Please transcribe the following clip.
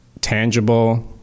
tangible